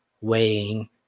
weighing